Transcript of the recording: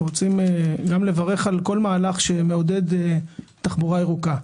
רוצים לברך על כל מהלך שמעודד תחבורה ירוקה,